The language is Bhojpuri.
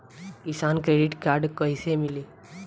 किसान क्रेडिट कार्ड कइसे मिली?